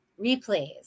Replays